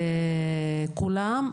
כולם,